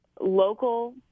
local